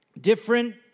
different